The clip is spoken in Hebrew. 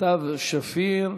סתיו שפיר,